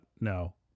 no